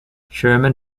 sherman